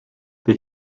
they